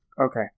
Okay